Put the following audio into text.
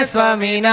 Swami